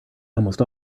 almost